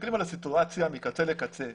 כשמסתכלים על הסיטואציה מקצה לקצה,